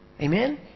Amen